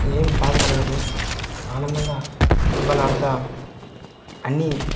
ఏం భాదకలగదు ఆనందంగా ఫుట్బాల్ ఆడుతూ అన్నీ